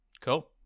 Cool